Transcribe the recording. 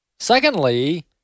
Secondly